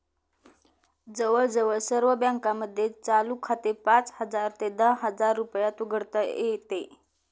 जवळजवळ सर्व बँकांमध्ये चालू खाते पाच हजार ते दहा हजार रुपयात उघडता येते